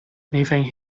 leaving